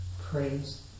praise